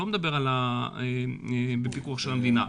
לא על מוסדות בפיקוח המדינה.